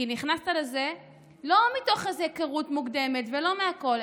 כי נכנסת לזה לא מתוך איזה היכרות מוקדמת ולא מהכול,